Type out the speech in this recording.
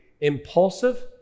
impulsive